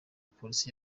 polisi